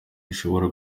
zishobora